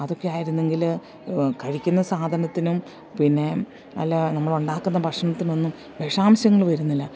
അതൊക്കെ ആയിരുന്നെങ്കില് കഴിക്കുന്ന സാധനത്തിനും പിന്നെ അല്ലാതെ നമ്മൾ ഉണ്ടാക്കുന്ന ഭക്ഷണത്തിനൊന്നും വിഷാംശങ്ങള് വരുന്നില്ല